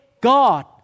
God